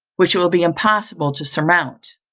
which it will be impossible to surmount.